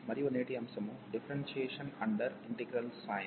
మరియు నేటి అంశం డిఫరెన్షియేషన్ అండర్ ఇంటిగ్రల్ సైన్